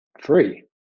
free